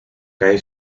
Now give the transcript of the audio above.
cae